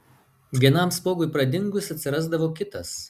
vienam spuogui pradingus atsirasdavo kitas